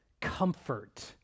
comfort